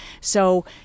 So-